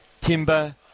Timber